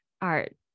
art